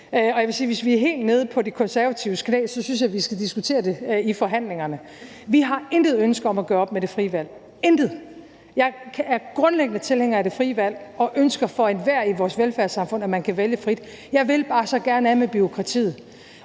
og jeg vil sige, at hvis vi er helt nede på De Konservatives knæ, synes jeg, vi skal diskutere det i forhandlingerne. Vi har intet ønske om at gøre op med det frie valg – intet! Jeg er grundlæggende tilhænger af det frie valg og ønsker for enhver i vores velfærdssamfund, at man kan vælge frit. Jeg vil bare så gerne af med bureaukratiet.